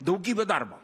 daugybė darbo